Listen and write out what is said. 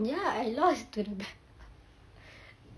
ya I lost to the bet